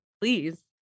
please